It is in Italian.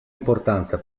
importanza